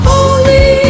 Holy